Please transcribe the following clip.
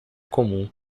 comum